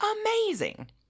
Amazing